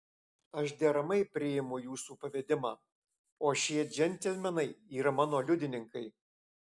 aš deramai priimu jūsų pavedimą o šie džentelmenai yra mano liudininkai